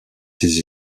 ses